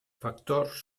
factors